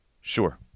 sure